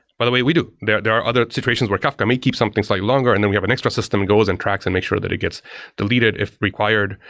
by the way, we do. there there are other situations where kafka may keep something slightly longer. and then we have an extra system, goes and tracks and makes sure that it gets deleted if required.